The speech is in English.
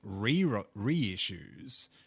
reissues